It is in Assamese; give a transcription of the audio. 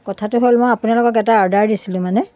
কথাটো হ'ল মই আপোনালোকক এটা অৰ্ডাৰ দিছিলোঁ মানে